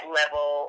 level